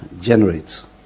generates